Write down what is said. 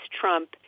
Trump